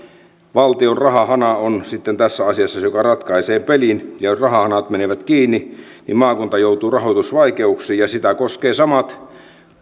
valtion rahahana on sitten tässä asiassa se joka ratkaisee pelin jos rahahanat menevät kiinni maakunta joutuu rahoitusvaikeuksiin ja sitä koskevat samat